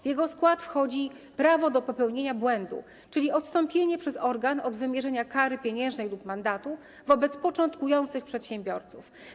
W jego skład wchodzi prawo do popełnienia błędu, czyli odstąpienie przez organ od wymierzenia kary pieniężnej lub mandatu wobec początkujących przedsiębiorców.